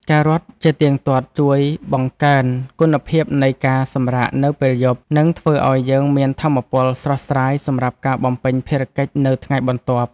ការរត់ជាទៀងទាត់ជួយបង្កើនគុណភាពនៃការសម្រាកនៅពេលយប់ និងធ្វើឱ្យយើងមានថាមពលស្រស់ស្រាយសម្រាប់ការបំពេញភារកិច្ចនៅថ្ងៃបន្ទាប់។